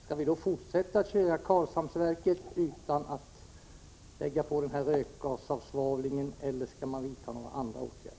Skall vi då fortsätta köra Karlshamnsverket utan att sätta in rökgasavsvavlingen, eller tänker man vidta några andra åtgärder?